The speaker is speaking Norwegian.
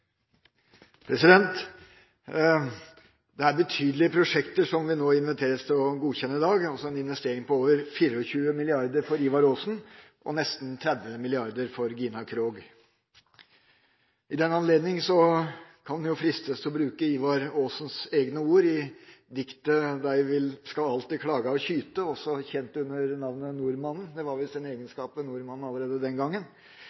skatteendringene. Det er betydelige prosjekter som vi inviteres til å godkjenne i dag – en investering på over 24 mrd. kr for Ivar Aasen-feltet og nesten 30 mrd. kr for Gina Krog-feltet. I den anledning kan en fristes til å bruke Ivar Aasens egne ord i diktet «Dei vil alltid klaga og kyta» – det var visst en egenskap ved nordmannen allerede den gangen.